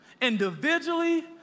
Individually